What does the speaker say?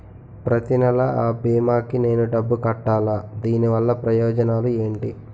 ప్రతినెల అ భీమా కి నేను డబ్బు కట్టాలా? దీనివల్ల ప్రయోజనాలు ఎంటి?